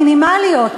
מינימליות,